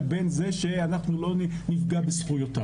לבין זה שאנחנו לא נפגע בזכויותיו.